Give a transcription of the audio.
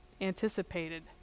anticipated